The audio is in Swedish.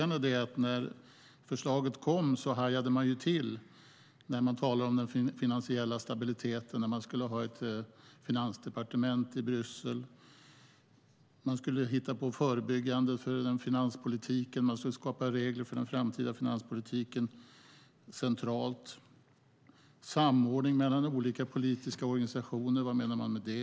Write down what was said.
När förslaget kom hajade jag till när man talade om den finansiella stabiliteten. Man skulle ha ett finansdepartement i Bryssel och man skulle skapa regler för den framtida finanspolitiken centralt. Man skulle ha samordning mellan olika politiska organisationer, men vad menade man med det?